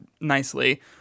nicely